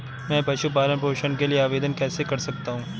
मैं पशु पालन पोषण के लिए आवेदन कैसे कर सकता हूँ?